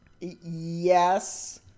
Yes